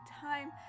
time